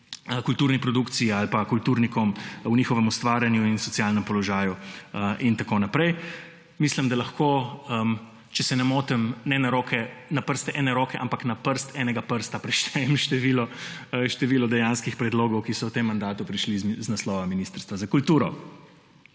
kulturni produkciji ali pa kulturnikom v njihovem ustvarjanju in socialnem položaju. Mislim, da lahko, če se ne motim, ne na prste ene roke, ampak na prst enega prsta preštejem število dejanskih predlogov, ki so v tem mandatu prišli z naslova Ministrstva za kulturo.